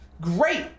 Great